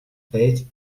paid